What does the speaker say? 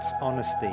honesty